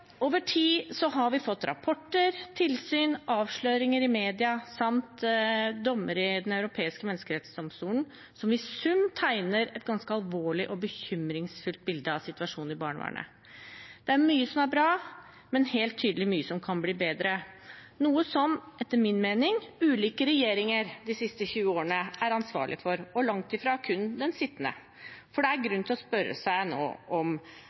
over tid har vi fått rapporter, tilsyn, avsløringer i media samt dommer i Den europeiske menneskerettsdomstolen som i sum tegner et ganske alvorlig og bekymringsfullt bilde av situasjonen i barnevernet. Det er mye som er bra, men helt tydelig mye som kan bli bedre, noe som etter min mening ulike regjeringer de siste 20 årene er ansvarlige for, og langt ifra kun den sittende. For det er grunn til å spørre seg